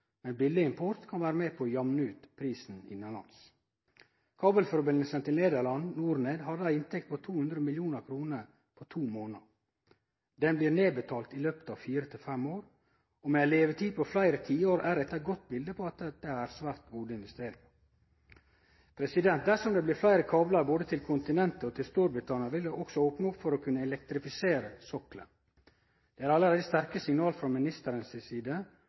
men billeg import kan vere med på å jamne ut prisen innanlands. Kabelsambandet til Nederland, NorNed, hadde ei inntekt på 200 mill. kr på to månader. Det blir nedbetalt i løpet av fire–fem år. Med ei levetid på fleire tiår er dette eit godt bilete på at dette er ei svært god investering. Dersom det blir fleire kablar både til kontinentet og til Storbritannia, vil det også opne opp for å kunne elektrifisere sokkelen. Det er allereie sterke signal frå ministeren si side